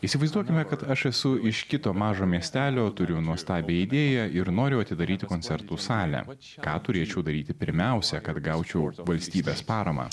įsivaizduokime kad aš esu iš kito mažo miestelio turiu nuostabią idėją ir noriu atidaryti koncertų salę ką turėčiau daryti pirmiausia kad gaučiau valstybės paramą